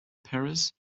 paris